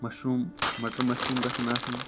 mushroom مٹر mushroom گژھن آسٕنۍ